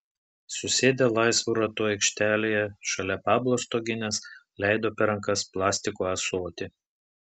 susėdę laisvu ratu aikštelėje šalia pablo stoginės leido per rankas plastiko ąsotį